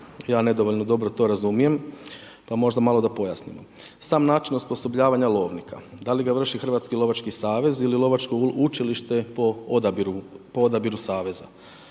ja nedovoljno dobro to razumijem pa možda malo da pojasnimo. Sam način osposobljavanja lovnika da li ga vrši Hrvatski lovački savez ili Lovačko učilište po odabiru saveza.